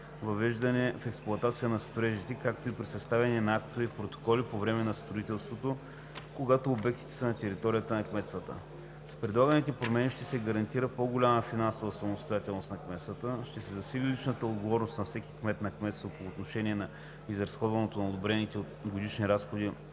въвеждане в експлоатация на строежите, както и при съставяне на актове и протоколи по време на строителството, когато обектите са на територията на кметствата. С предлаганите промени ще се гарантира по-голяма финансова самостоятелност на кметствата, ще се засили личната отговорност на всеки кмет на кметство по отношение изразходването на одобрените годишни разходи